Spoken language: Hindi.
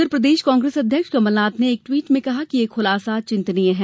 उधर प्रदेश कांग्रेस अध्यक्ष कमलनाथ ने एक ट्वीट में कहा कि ये खुलासा चिंतनीय है